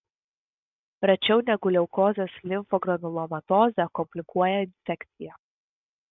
rečiau negu leukozės limfogranulomatozę komplikuoja infekcija